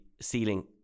ceiling